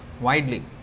widely